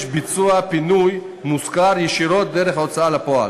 ביצוע פינוי מושכר ישירות דרך ההוצאה לפועל.